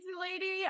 lady